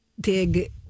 dig